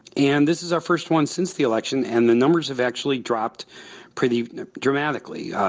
and this is our first one since the election. and the numbers have actually dropped pretty you know dramatically,